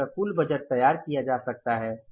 इस तरह कुल बजट तैयार किया जा सकता है